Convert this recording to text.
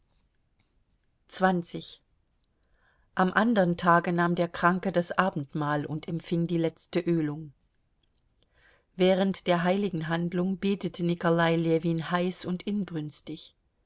am andern tage nahm der kranke das abendmahl und empfing die letzte ölung während der heiligen handlung betete nikolai ljewin heiß und inbrünstig